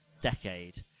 decade